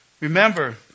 Remember